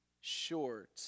short